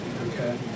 Okay